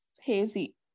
hazy